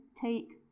take